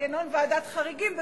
מנגנון ועדת חריגים בקופת-חולים,